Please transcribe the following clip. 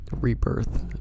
rebirth